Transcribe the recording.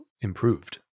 improved